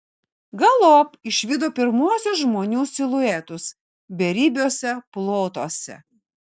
galop išvydo pirmuosius žmonių siluetus beribiuose plotuose